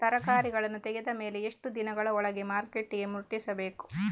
ತರಕಾರಿಗಳನ್ನು ತೆಗೆದ ಮೇಲೆ ಎಷ್ಟು ದಿನಗಳ ಒಳಗೆ ಮಾರ್ಕೆಟಿಗೆ ಮುಟ್ಟಿಸಬೇಕು?